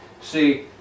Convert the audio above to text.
see